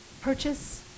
purchase –